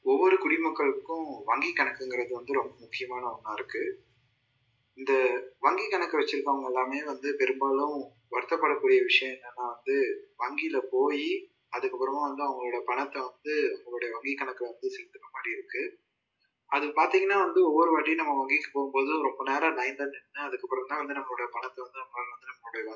ஒவ்வொரு குடிமக்களுக்கும் வங்கி கணக்குங்கிறது வந்து ரொம்ப முக்கியமான ஒன்றா இருக்குது இந்த வங்கி கணக்கு வெச்சுருக்கவுங்க எல்லாமே வந்து பெரும்பாலும் வருத்தப்படக்கூடிய விஷயம் என்னெனா வந்து வங்கியில் போய் அதுக்கப்புறமா வந்து அவங்களோடைய பணத்தை வந்து அவங்களோடைய வங்கி கணக்கை வந்து செலுத்துகிற மாதிரி இருக்குது அது பார்த்தீங்கன்னா வந்து ஒவ்வொரு வாட்டியும் நம்ம வங்கிக்கு போகும்போது ரொம்ப நேரம் லைனில் நின்று அதுக்கப்புறம் தான் வந்து நம்மளுடைய பணத்தை வந்து நம்மளால் வந்து நம்மளுடைய